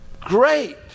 Great